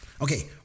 Okay